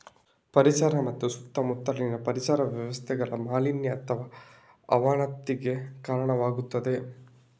ಪರಿಸರ ಮತ್ತು ಸುತ್ತಮುತ್ತಲಿನ ಪರಿಸರ ವ್ಯವಸ್ಥೆಗಳ ಮಾಲಿನ್ಯ ಅಥವಾ ಅವನತಿಗೆ ಕಾರಣವಾಗುತ್ತದೆ